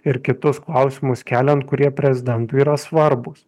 ir kitus klausimus keliant kurie prezidentui yra svarbūs